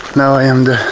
now and